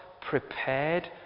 prepared